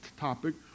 topic